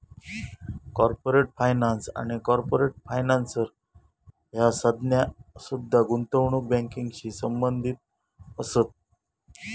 corporate finance आणि corporate financer ह्या संज्ञा सुद्धा गुंतवणूक बँकिंगशी संबंधित असत